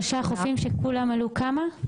שלושה חופים שעלו כמה?